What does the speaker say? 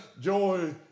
Joy